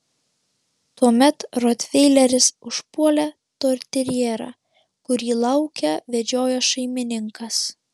tuomet rotveileris užpuolė toiterjerą kurį lauke vedžiojo šeimininkas